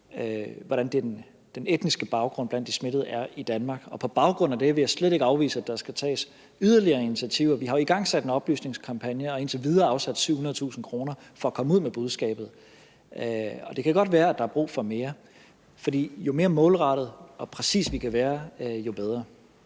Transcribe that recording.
hvordan den etniske baggrund blandt de smittede er i Danmark. Og på baggrund af det vil jeg slet ikke afvise, at der skal tages yderligere initiativer. Vi har jo igangsat en oplysningskampagne og indtil videre afsat 700.000 kr. for at komme ud med budskabet. Og det kan godt være, at der er brug for mere, for jo mere målrettede og præcise vi kan være, jo bedre.